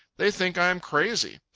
they think i am crazy.